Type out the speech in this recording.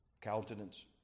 countenance